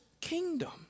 kingdom